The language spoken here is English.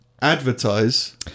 advertise